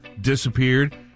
disappeared